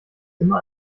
immer